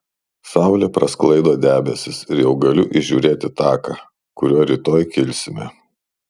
saulė prasklaido debesis ir jau galiu įžiūrėti taką kuriuo rytoj kilsime